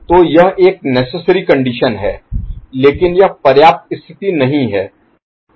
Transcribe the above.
तो यह एक नेसेसरी कंडीशन Necessary Conditionआवश्यक स्थिति है लेकिन यह पर्याप्त स्थिति नहीं है